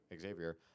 Xavier